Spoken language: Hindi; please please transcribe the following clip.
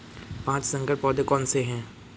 पाँच संकर पौधे कौन से हैं?